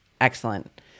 excellent